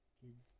Kids